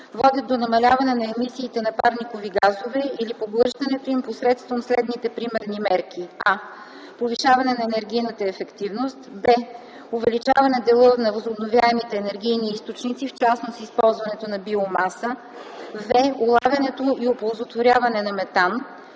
водят до намаляване на емисиите на парникови газове или поглъщането им посредством следните примерни мерки: а) повишаване на енергийната ефективност; б) увеличаване дела на възобновяемите енергийни източници, в частност използване на биомаса; в) улавяне и оползотворяване на метан;